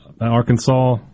Arkansas